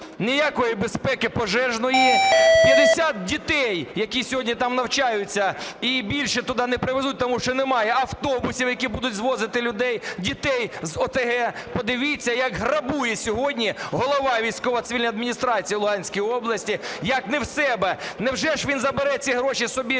ніякої безпеки пожежної. 50 дітей, які сьогодні там навчаються і їх більше туди не привезуть, тому що немає автобусів, які будуть звозити дітей з ОТГ. Подивіться, як грабує сьогодні голова військової цивільної адміністрації в Луганській області, як не в себе. Невже ж він забере ці гроші собі